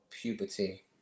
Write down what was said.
puberty